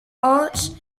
arts